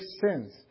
sins